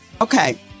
Okay